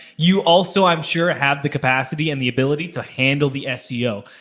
you also, i'm sure, have the capacity and the ability to handle the seo.